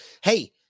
Hey